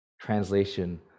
translation